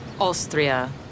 Austria